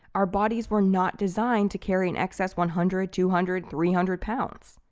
our bodies were not designed to carry an excess one hundred, two hundred, three hundred pounds.